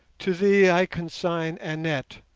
to thee i consign annette.